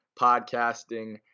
podcasting